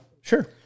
Sure